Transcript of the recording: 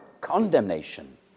condemnation